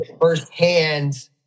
first-hand